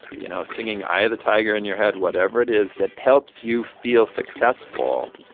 you know, singing eye of the tiger in your head whatever it is that helps you feel successful,